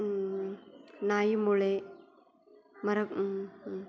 नायि मूले मर